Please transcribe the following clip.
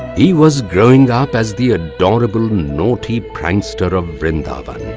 he was growing up as the adorable, naughty prankster of vrindavan.